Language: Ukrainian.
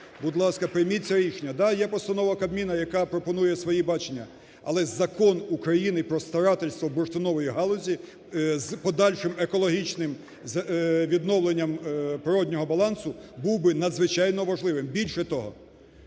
Будь ласка, прийміть це рішення. Так, є постанова Кабміна, яка пропонує своє бачення, але Закон України про старательство у бурштиновій галузі з подальшим екологічним відновленням природного балансу був би надзвичайно важливим. Більше того,